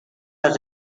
las